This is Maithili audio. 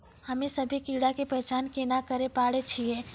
हम्मे सभ्भे कीड़ा के पहचान केना करे पाड़ै छियै?